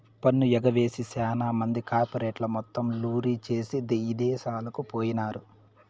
పన్ను ఎగవేసి సాన మంది కార్పెరేట్లు మొత్తం లూరీ జేసీ ఇదేశాలకు పోయినారు